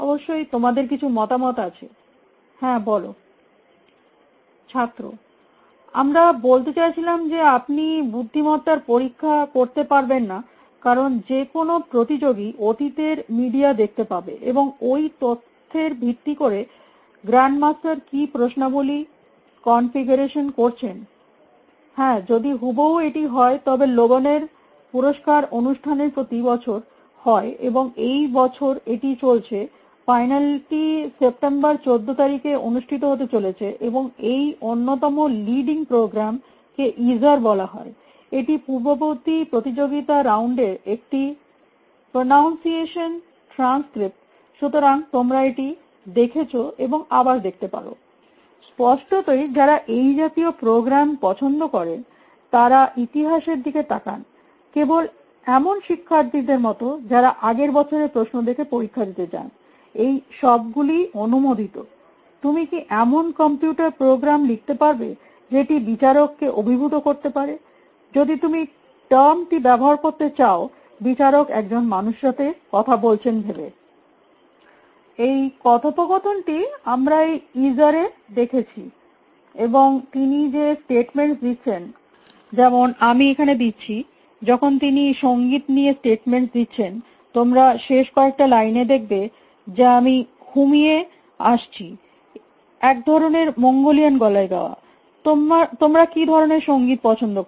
অবশ্যই তোমাদের কিছু মতামত আছে হ্যা বল ছাত্র - আমরা বলতে চাইছিলাম যে আপনি বুদ্ধিমত্তার পরীক্ষা করতে পারবেন না কারণ যে কোনো প্রতিযোগী অতীতের মিডিয়া দেখতে পাবে এবং ঐ তথ্যের ভিত্তি করে গ্য্রান্ডমাস্টার কী প্রশ্নাবলী কনফিগারেশন করেছেন হ্যা যদি হুবহু এটি হয় তবে লোবানের পুরস্কার অনুষ্ঠানটি প্রতি বছর হয় এবং এই বছর এটি চলছেফাইনালটি September 14 এ অনুষ্ঠিত হতে চলেছে এবং এই অন্যতম লিডিং প্রোগ্রামকে ইজার বলা হয় এটি পূর্ববর্তী প্রতিযোগিতা রাউন্ডের একটি প্রনাউনসিয়েশন ট্রান্সস্ক্রিপ্টসুতরাং তোমরা এটি দেখেছো এবং আবার দেখতে পার স্পষ্টতই যারা এই জাতীয় প্রোগ্রাম পছন্দ করেন তারা ইতিহাসের দিকে তাকান কেবল এমন শিক্ষার্থীদের মতো যারা আগের বছরের প্রশ্ন দেখে পরীক্ষা দিতে যানএই সবগুলিই অনুমোদিততুমি কি এমন কম্পিউটার প্রোগ্রাম লিখতে পারবে যেটি বিচারককে অভিভূত করতে পারে যদি তুমি টার্মটি ব্যবহার করতে চাও বিচারক একজন মানুষের সাথে কথা বলছেন ভেবে এই কথোপকথনটি আমরা এই ইজারএ দেখেছি এবং তিনি যে স্টেটমেন্টস্ দিচ্ছেন যেমন আমি এখানে দিচ্ছিযখন তিনি সংগীত নিয়ে স্টেটমেন্টস্ দিচ্ছেন তোমরা শেষ কয়েকটা লাইনে দেখবে যে আমি হুমি এ আসছিএকধরণের মঙ্গোলিয়ান গলায় গাওয়াতোমরা কী ধরণের সংগীত পছন্দ কর